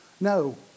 No